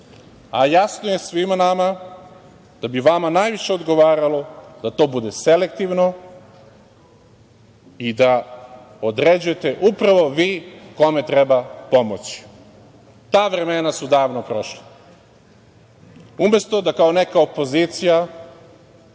a jasno je svima nama da bi vama najviše odgovaralo da to bude selektivno i da određujete upravo vi kome treba pomoći. Ta vremena su davno prošla. Umesto da kao neka opozicija